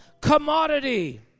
commodity